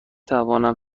توانم